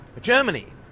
Germany